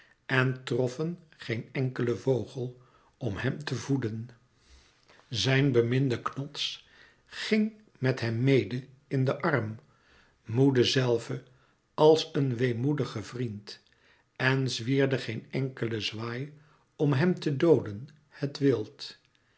en troffen geen enkelen vogel om hem te voeden zijn beminde knots ging met hem mede in den arm moede zelve als een weemoedige vriend en zwierde geen enkelen zwaai om hem te dooden het wild